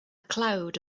cloud